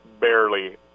barely